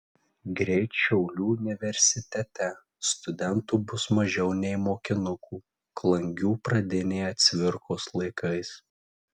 greit šiaulių universitete studentų bus mažiau nei mokinukų klangių pradinėje cvirkos laikais